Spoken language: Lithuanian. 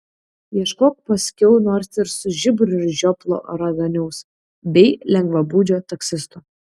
ieškok paskiau nors ir su žiburiu žioplo raganiaus bei lengvabūdžio taksisto